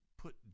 put